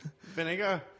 vinegar